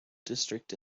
district